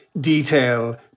detail